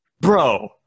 Bro